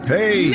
Hey